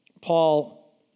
Paul